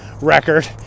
record